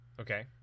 Okay